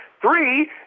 Three